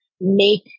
make